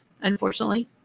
unfortunately